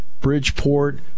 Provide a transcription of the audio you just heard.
Bridgeport